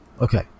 Okay